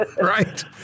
Right